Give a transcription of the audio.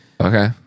Okay